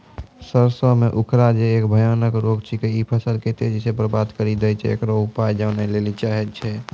सरसों मे उखरा जे एक भयानक रोग छिकै, इ फसल के तेजी से बर्बाद करि दैय छैय, इकरो उपाय जाने लेली चाहेय छैय?